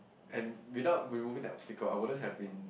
and without removing that obstacle I wouldn't have been